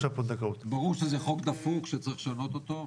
ברור שזה חוק דפוק שצריך לשנות אותו.